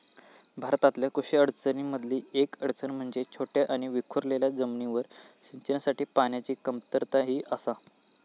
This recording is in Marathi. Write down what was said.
भारतातल्या कृषी अडचणीं मधली येक अडचण म्हणजे छोट्या आणि विखुरलेल्या जमिनींवर सिंचनासाठी पाण्याची कमतरता ही आसा